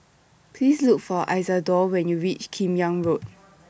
Please Look For Isidore when YOU REACH Kim Yam Road